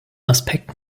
aspekt